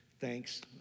thanks